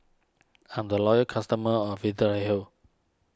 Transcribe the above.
I'm a loyal customer of Vitahealth